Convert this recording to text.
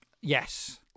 Yes